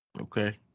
Okay